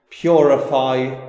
Purify